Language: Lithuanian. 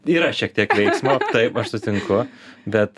yra šiek tiek veiksmo taip aš sutinku bet